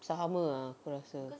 sama ah aku rasa